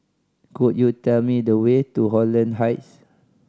could you tell me the way to Holland Heights